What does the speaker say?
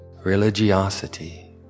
religiosity